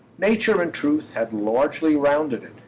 nature, in truth, had largely rounded it,